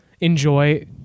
enjoy